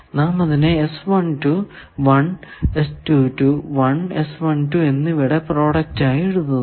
നാം അതിനെ 1 1 എന്നിവയുടെ പ്രോഡക്റ്റ് ആയി എഴുതുന്നു